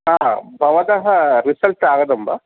हा भवतः रिसल्ट् आगतं वा